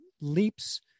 leaps